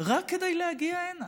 רק כדי להגיע הנה.